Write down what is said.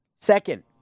Second